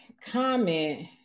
comment